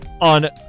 on